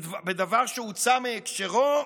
בדבר שהוצא מהקשרו,